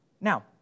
Now